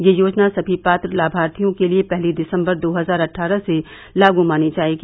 यह योजना समी पात्र लाभार्थियों के लिए पहली दिसम्बर दो हजार अद्वारह से लागू मानी जायेगी